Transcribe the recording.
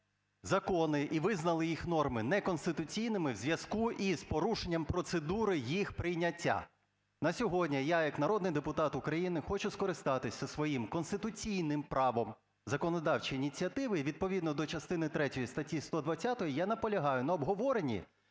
закони і визнали їх норми неконституційними у зв'язку із порушенням процедури їх прийняття. На сьогодні я як народний депутат України, хочу скористатися своїм конституційним правом законодавчої ініціативи - і відповідно до частини третьої статті 120 я наполягаю на обговоренні,